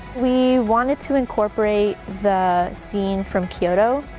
we wanted to incorporate the scene from kyoto,